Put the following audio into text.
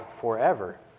forever